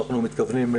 שאנחנו מתכוונים,